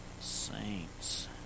Saints